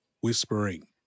whispering